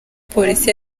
polisi